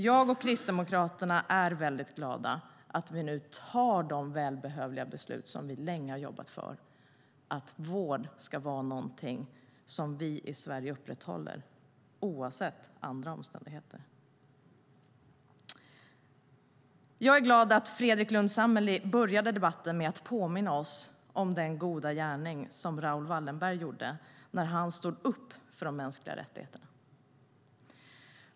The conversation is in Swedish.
Jag och Kristdemokraterna är mycket glada över att vi nu tar de välbehövliga beslut som vi länge har jobbat för, nämligen att vård ska vara någonting som vi i Sverige upprätthåller oavsett andra omständigheter. Jag är glad över att Fredrik Lundh Sammeli började debatten med att påminna oss om den goda gärning som Raoul Wallenberg gjorde när han stod upp för de mänskliga rättigheterna.